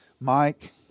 Mike